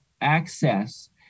access